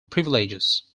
privileges